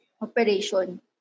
operation